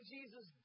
Jesus